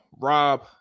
Rob